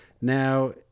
Now